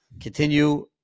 continue